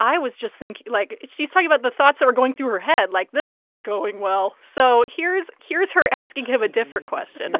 i was just thinking like, she's talking about the thoughts that were going through her head, like, this wasn't going well. so here's here's her asking him a different question